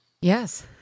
Yes